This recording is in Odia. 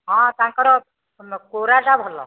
ହଁ ତାଙ୍କର କୋରାଟା ଭଲ